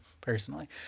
personally